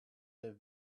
that